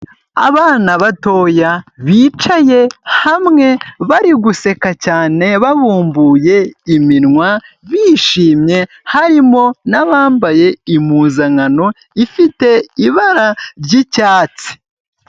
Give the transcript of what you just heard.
Abana batoya bicaye hamwe bari guseka cyane babumbuye iminwa bishimye harimo n'abambaye impuzankano ifite ibara ry'icyatsi.